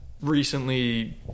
recently